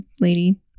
lady